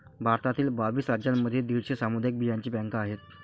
भारतातील बावीस राज्यांमध्ये दीडशे सामुदायिक बियांचे बँका आहेत